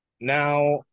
Now